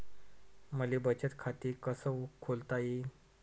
मले बचत खाते कसं खोलता येईन?